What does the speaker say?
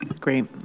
Great